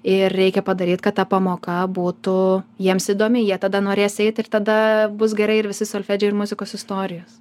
ir reikia padaryt kad ta pamoka būtų jiems įdomi jie tada norės eit ir tada bus gerai ir visi solfedžiai ir muzikos istorijos